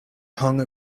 hung